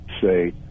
say